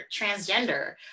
transgender